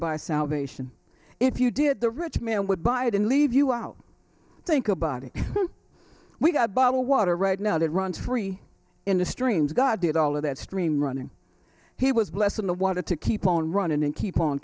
buy salvation if you did the rich man would buy it and leave you out think about it we've got bottle water right now that runs free in the streams god did all of that stream running he was blessing the water to keep on runnin and keep on